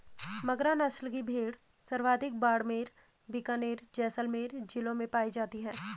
मगरा नस्ल की भेड़ सर्वाधिक बाड़मेर, बीकानेर, जैसलमेर जिलों में पाई जाती है